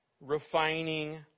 Refining